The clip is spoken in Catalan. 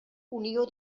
unió